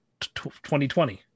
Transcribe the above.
2020